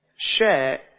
Share